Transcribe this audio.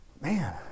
man